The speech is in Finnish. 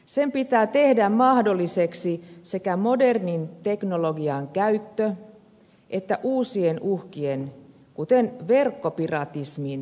sen pitää tehdä mahdolliseksi sekä modernin teknologian käyttö että uusien uhkien kuten verkkopiratismin torjunta